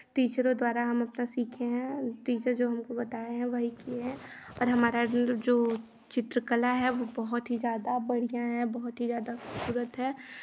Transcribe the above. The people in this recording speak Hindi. टीचरों द्वारा हम अपना सीखे हैं टीचर जो हमको बताए हैं वही किए हैं और हमारा जो चित्रकला है वो बहुत ही ज़्यादा बढ़ियाँ है बहुत ही ज़्यादा खूबसूरत है